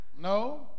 no